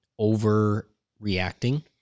overreacting